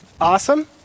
Awesome